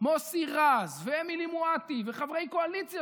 מוסי רז ואמילי מואטי וחברי קואליציה,